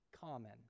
common